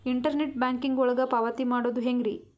Internet banking ಒಳಗ ಪಾವತಿ ಮಾಡೋದು ಹೆಂಗ್ರಿ?